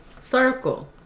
circle